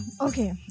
okay